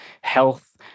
health